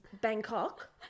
Bangkok